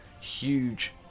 huge